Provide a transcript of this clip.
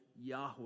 Yahweh